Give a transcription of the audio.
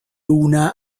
una